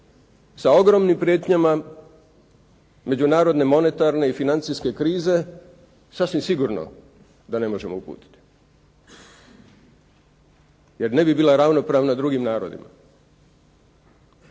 sa ogromnim prijetnjama međunarodne monetarne i financijske krize sasvim sigurno da ne možemo uputiti jer ne bi bila ravnopravna drugim narodima.